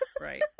Right